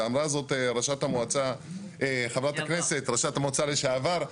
ואמרה זאת חברת הכנסת ראשת המועצה לשעבר,